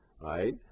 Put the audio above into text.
right